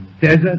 desert